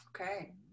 okay